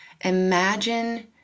imagine